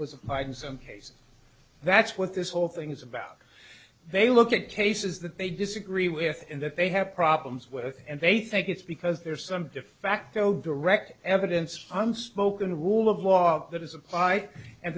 was applied some cases that's what this whole thing is about they look at cases that they disagree with and that they have problems with and they think it's because there's some defacto direct evidence unspoken rule of law that is applied and